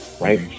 right